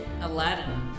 Aladdin